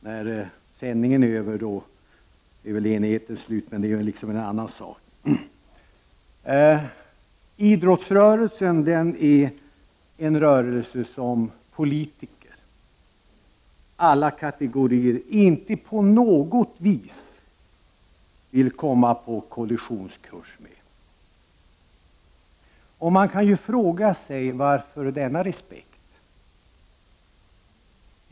När sändningen är över är väl enigheten slut. Men det är kanske en annan sak. Idrottsrörelsen är en rörelse som politiker av alla kategorier inte på något vis vill komma på kollisionskurs med. Man kan fråga: Varför denna respekt?